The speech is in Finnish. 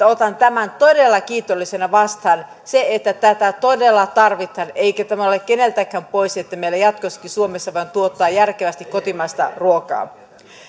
otan tämän todella kiitollisena vastaan tätä todella tarvitaan eikä ole keneltäkään pois että meillä jatkossakin suomessa voidaan tuottaa järkevästi kotimaista ruokaa